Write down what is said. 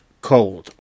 Cold